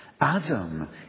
Adam